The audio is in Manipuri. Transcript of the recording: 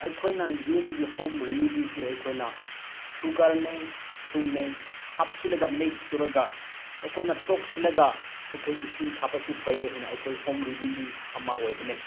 ꯑꯩꯈꯣꯏꯅ ꯌꯨꯝꯒꯤ ꯍꯣꯝ ꯔꯤꯃꯦꯗꯤꯁꯦ ꯑꯩꯈꯣꯏꯅ ꯁꯨꯒꯔꯅꯦ ꯊꯨꯝꯅꯦ ꯍꯥꯞꯆꯤꯜꯂꯒ ꯃꯤꯛꯁ ꯇꯧꯔꯒ ꯑꯩꯈꯣꯏꯅ ꯇꯣꯠꯁꯤꯜꯂꯒ ꯑꯩꯈꯣꯏ ꯏꯁꯤꯡ ꯊꯛꯄꯁꯨ ꯐꯩꯌꯦ ꯍꯥꯏꯅ ꯑꯩꯈꯣꯏ ꯍꯣꯝ ꯔꯤꯃꯦꯗꯤ ꯑꯅ ꯑꯣꯏꯕꯅꯦ